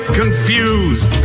confused